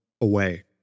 away